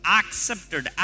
accepted